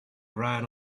ran